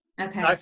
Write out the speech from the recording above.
Okay